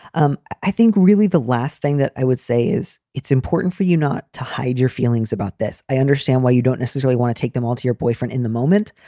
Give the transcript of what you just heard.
um i think really the last thing that i would say is it's important for you not to hide your feelings about this. i understand why you don't necessarily want to take them all to your boyfriend in the moment.